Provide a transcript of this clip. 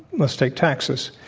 let's take taxes.